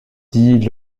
dit